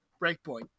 Breakpoint